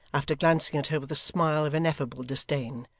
after glancing at her with a smile of ineffable disdain,